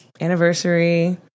anniversary